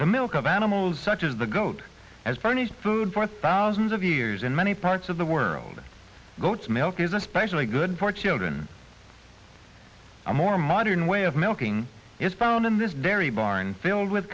the milk of animals such as the goat as furnished food for thousands of years in many parts of the world goat's milk is especially good for children a more modern way of milking is found in this dairy barn filled with